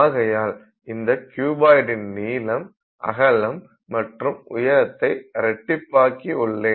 ஆகையால் இந்த க்யூபாயிட்டின் நீளம் அகலம் மற்றும் உயரத்தை இரட்டிப்பாக்கி உள்ளேன்